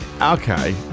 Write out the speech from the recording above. okay